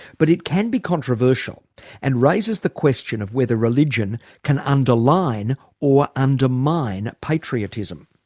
but it can be controversial and raises the question of whether religion can underline or undermine patriotism.